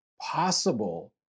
Possible